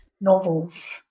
novels